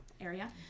area